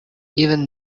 even